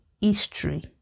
history